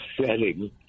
setting